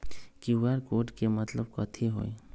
QR code के मतलब कथी होई?